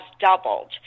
doubled